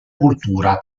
cultura